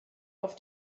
auf